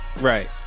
Right